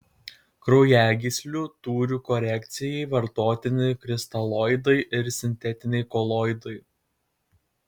kraujagyslių tūrio korekcijai vartotini kristaloidai ir sintetiniai koloidai